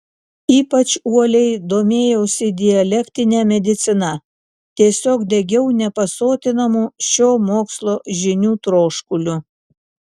ypač uoliai domėjausi dialektine medicina tiesiog degiau nepasotinamu šio mokslo žinių troškuliu